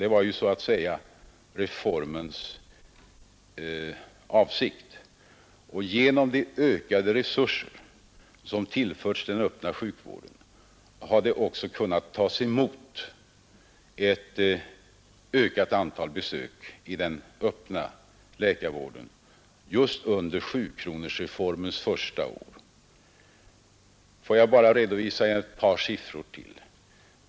Det var avsikten med reformen, och genom de ökade resurser som tillförts den öppna sjukvården har det också kunnat tas emot ett ökat antal besök i den öppna läkarvärden just under sjukronorsreformens första år. Låt mig redovisa ett par siffror till.